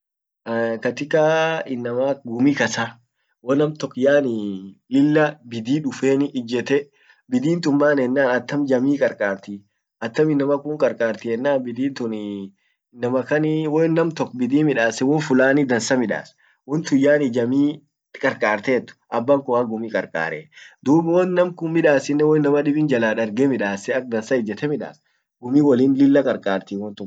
katika innama gummi kasa wonam tok yaaani lilla bidii dufunni ijette ,bidin tum maani ennan atam jamii karkati, attam innama kun qarqarti ennan innam wonam tok biddii midasse won fulani dansa midass, wontun yaani jamii qarqartet abban kun haggumi qarqaree dub wonnamm kun midas woinama dibbin jala darge midase ak dansa ijjete midas gummi wollin liila qarqarti wontun ujumla ishia.